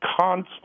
constant